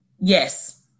Yes